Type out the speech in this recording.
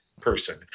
person